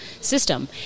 system